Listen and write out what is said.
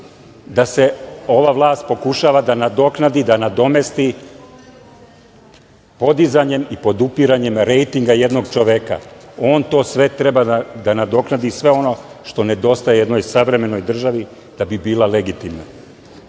ova vlast pokušava da nadoknadi i nadomesti podizanjem i podupiranjem rejtinga jednog čoveka. On to sve treba da nadoknadi, sve ono što nedostaje jednoj savremenoj državi da bi bila